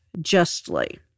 justly